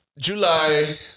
July